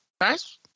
nice